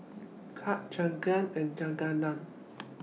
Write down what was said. Kurt Jadyn and Keagan